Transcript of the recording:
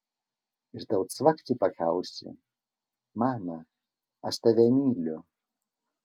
ir tau cvakt į pakaušį mama aš tave myliu